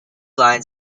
line